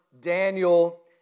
Daniel